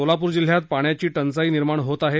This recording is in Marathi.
सोलापूर जिल्ह्यात पाण्याची टंचाई निर्माण होत आहे